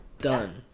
done